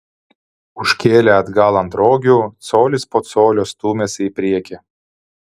užkėlę atgal ant rogių colis po colio stūmėsi į priekį